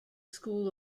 school